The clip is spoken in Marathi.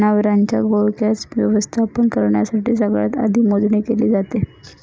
जनावरांच्या घोळक्याच व्यवस्थापन करण्यासाठी सगळ्यात आधी मोजणी केली जाते